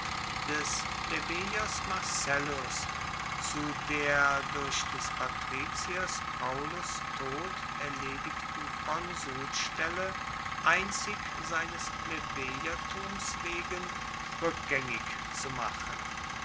des plebejers marcellus zu der durch des patriziers paullus tod erledigten konsulstelle einzig seines plebejertums wegen rueckgaengig zu machen